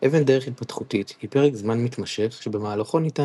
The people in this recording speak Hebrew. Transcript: אבן דרך התפתחותית היא פרק זמן מתמשך שבמהלכו ניתן